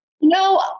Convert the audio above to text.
no